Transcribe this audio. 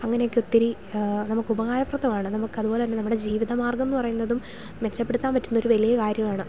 അങ്ങനെയൊക്കെ ഒത്തിരി നമുക്ക് ഉപകാരപ്രദമാണ് നമുക്ക് അതുപോലെ തന്നെ നമ്മുടെ ജീവിത മാർഗ്ഗം എന്നു പറയുന്നതും മെച്ചപ്പെടുത്താൻ പറ്റുന്ന ഒരു വലിയ കാര്യമാണ്